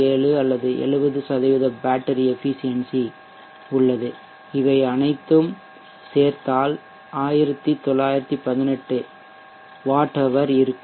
7 அல்லது 70 battery efficiency செயல்திறன் உள்ளது இவை அனைத்தும் 1918 வாட் ஹவர் ஆக இருக்கும்